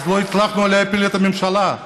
אז לא הצלחנו להפיל את הממשלה.